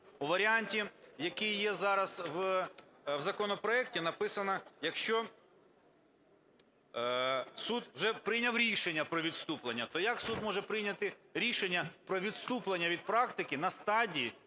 У варіанті, який є зараз в законопроекті, написано: "якщо суд вже прийняв рішення про відступлення". То як суд може прийняти рішення про відступлення від практики на стадії